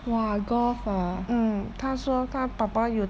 !wah! golf ah